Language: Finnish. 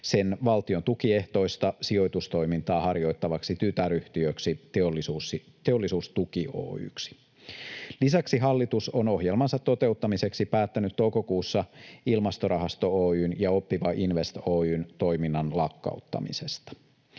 sen valtion tukiehtoista sijoitustoimintaa harjoittavaksi tytäryhtiöksi Teollisuustuki Oy:ksi. Lisäksi hallitus on ohjelmansa toteuttamiseksi päättänyt toukokuussa Ilmastorahasto Oy:n ja Oppiva Invest Oy:n toiminnan lakkauttamisesta.